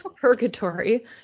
purgatory